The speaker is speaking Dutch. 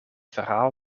verhaal